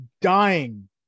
dying